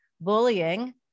bullying